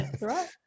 right